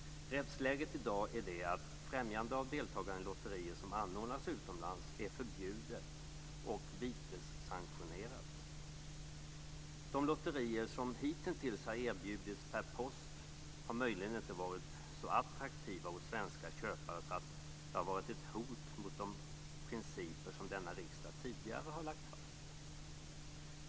Rättsläget i dag är att främjande av deltagande i lotterier som anordnas utomlands är förbjudet och vitessanktionerat. De lotterier som hitintills erbjudits per post har möjligen inte varit så attraktiva hos svenska köpare att de varit ett hot mot de principer som denna riksdag tidigare lagt fast.